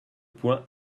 point